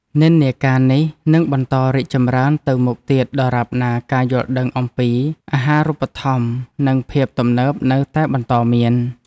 និន្នាការនេះនឹងបន្តរីកចម្រើនទៅមុខទៀតដរាបណាការយល់ដឹងអំពីអាហារូបត្ថម្ភនិងភាពទំនើបនៅតែបន្តមាន។